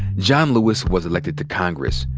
john lewis was elected to congress,